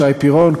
שי פירון,